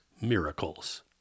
Miracles